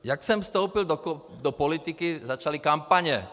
Jak jsem vstoupil do politiky, začaly kampaně.